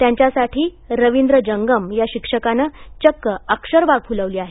त्यांच्यासाठी रविंद्र जंगम या शिक्षकानं चक्क अक्षरबाग फुलवली आहे